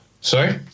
Sorry